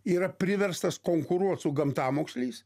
yra priverstas konkuruot su gamtamoksliais